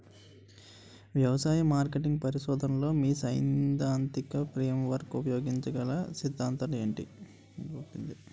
వ్యవసాయ మార్కెటింగ్ పరిశోధనలో మీ సైదాంతిక ఫ్రేమ్వర్క్ ఉపయోగించగల అ సిద్ధాంతాలు ఏంటి?